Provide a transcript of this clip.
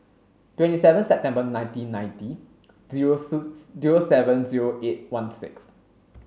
twenty seven September nineteen ninety zero zero seven zero eight one six